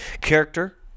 character